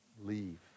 leave